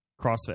CrossFit